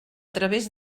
través